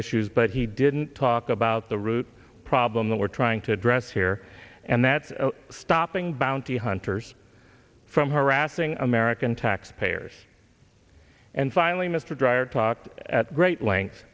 issues but he didn't talk about the root problem that we're trying to address here and that's stopping bounty hunters from harassing american taxpayers and finally mr dreier talked at great length